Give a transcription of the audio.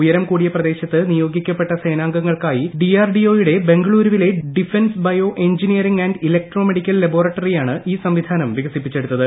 ഉയരം കൂടിയ പ്രദേശത്ത് നിയോഗിക്കപ്പെട്ട സേനാംഗങ്ങൾക്കായി ഡിആർഡിഒയുടെ ബെംഗളൂരുവിലെ defence bio engineering electro medical ലബോറട്ടറിയാണ് ഈ സംവിധാനം വികസിപ്പിച്ചെടുത്തത്